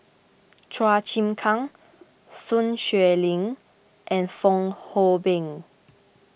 Chua Chim Kang Sun Xueling and Fong Hoe Beng